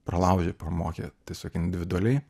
pralaužė pramokė tiesiog individualiai